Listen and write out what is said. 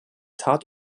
tat